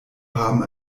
haben